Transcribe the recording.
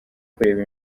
kureba